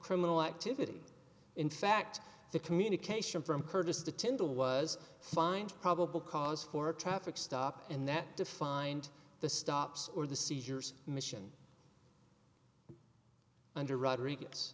criminal activity in fact the communication from curtis to tyndall was find probable cause for a traffic stop and that defined the stops or the seizures mission under rodriguez